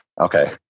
Okay